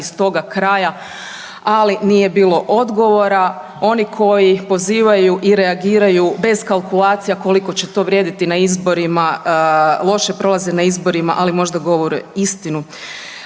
iz toga kraja, ali nije bilo odgovora. Oni koji pozivaju i reagiraju bez kalkulacija koliko će to vrijediti na izborima loše prolaze na izborima, ali možda govore istinu.